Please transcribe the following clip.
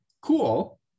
cool